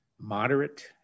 moderate